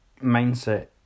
mindset